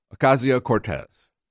Ocasio-Cortez